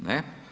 Ne.